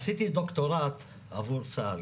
עשיתי דוקטורט עבור צה"ל